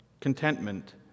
Contentment